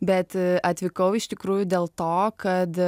bet atvykau iš tikrųjų dėl to kad